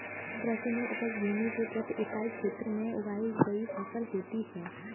कृषि में उपज भूमि के प्रति इकाई क्षेत्र में उगाई गई फसल होती है